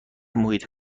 محیط